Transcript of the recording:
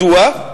מדוע?